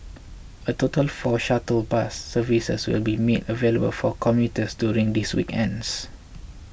a total four shuttle bus services will be made available for commuters during these weekends